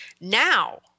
Now